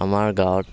আমাৰ গাঁৱত